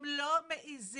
הם לא מעזים